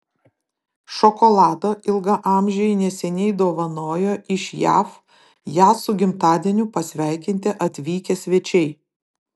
šokolado ilgaamžei neseniai dovanojo iš jav ją su gimtadieniu pasveikinti atvykę svečiai